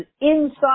inside